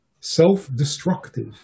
Self-destructive